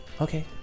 Okay